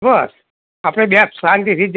બસ આપણે બે શાંતિથી જ